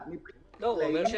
אני שואל --- אני רוצה לומר לך,